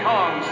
Kong